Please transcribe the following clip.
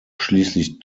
schließlich